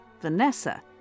Vanessa